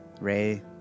Ray